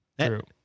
True